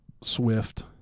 swift